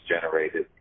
generated